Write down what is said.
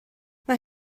mae